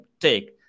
take